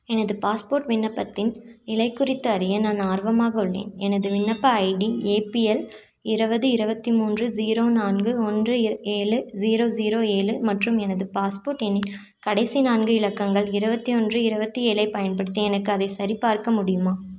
எனது பாஸ்போர்ட் விண்ணப்பத்தின் நிலை குறித்து அறிய நான் ஆர்வமாக உள்ளேன் எனது விண்ணப்ப ஐடி ஏபிஎல் இருபது இருபத்தி மூன்று ஜீரோ நான்கு ஒன்று எ ஏழு ஜீரோ ஜீரோ ஏழு மற்றும் எனது பாஸ்போர்ட் எண்ணின் கடைசி நான்கு இலக்கங்கள் இருபத்தி ஒன்று இருபத்தி ஏழைப் பயன்படுத்தி எனக்கு அதைச் சரிபார்க்க முடியுமா